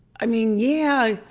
i mean, yeah,